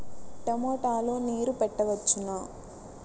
టమాట లో నీరు పెట్టవచ్చునా?